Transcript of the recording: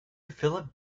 philip